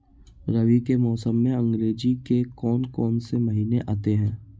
रबी के मौसम में अंग्रेज़ी के कौन कौनसे महीने आते हैं?